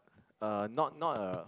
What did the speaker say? a not not a